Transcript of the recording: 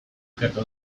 ikertu